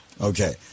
Okay